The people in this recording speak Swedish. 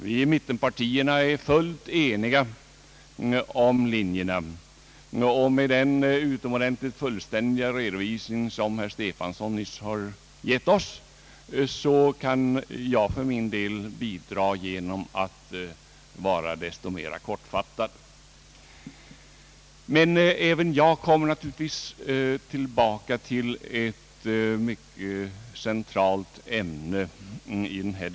Vi i mittenpartierna är fullt eniga om linjerna, och med den utomordentligt fullständiga redovisning som herr Stefanson nyss har lämnat kan jag för min del vara desto mera kortfattad. Men även jag kommer naturligtvis tillbaka till ett mycket centralt ämne i denna.